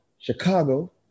Chicago